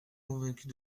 convaincus